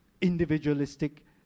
individualistic